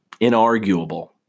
inarguable